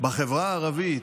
בחברה הערבית,